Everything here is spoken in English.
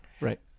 right